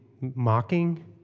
mocking